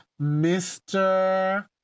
Mr